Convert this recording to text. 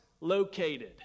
located